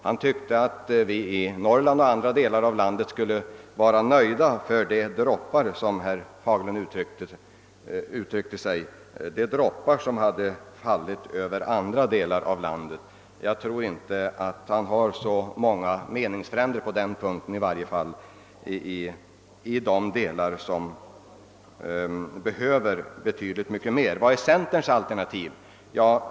Han tyckte att vi i Norrland och annorstädes skulle vara nöjda med, som herr Fagerlund uttryckte det, de droppar som hade fallit över andra delar av landet. Jag tror inte att han har så många meningsfränder på den punkten, i varje fall inte i de delar av landet som behöver så mycket mer än droppar av investeringsfonderna. Vad är centerns alternativ?